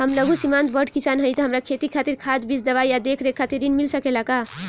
हम लघु सिमांत बड़ किसान हईं त हमरा खेती खातिर खाद बीज दवाई आ देखरेख खातिर ऋण मिल सकेला का?